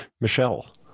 Michelle